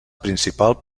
principal